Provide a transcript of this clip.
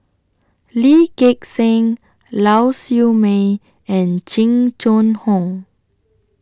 Lee Gek Seng Lau Siew Mei and Jing Jun Hong